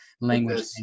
language